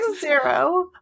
zero